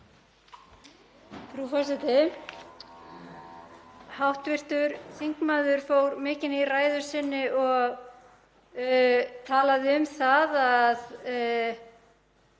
Frú forseti. Hv. þingmaður fór mikinn í ræðu sinni og talaði um það að